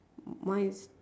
mine is